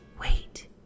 wait